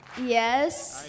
Yes